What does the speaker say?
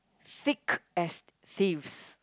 thick as thieves